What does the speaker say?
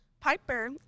Piper